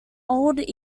old